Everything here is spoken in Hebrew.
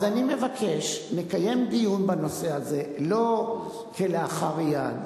אז אני מבקש לקיים דיון בנושא הזה לא כלאחר יד,